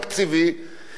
הן בביטחון,